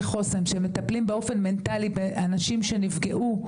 חוסן שמטפלים באופן מנטלי באנשים שנפגעו,